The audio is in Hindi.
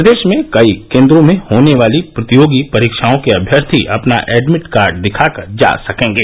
प्रदेश में कई केन्द्रों में होने वाली प्रतियोगी परीक्षाओं के अभ्यर्थी अपना एडमिड कार्ड दिखा कर जा सकेंगे